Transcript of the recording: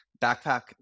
Backpack